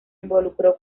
involucró